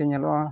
ᱠᱚ ᱧᱮᱞᱚᱜᱼᱟ